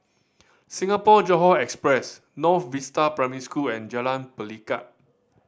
Singapore Johore Express North Vista Primary School and Jalan Pelikat